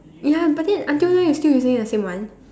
ya but then until now you still using the same one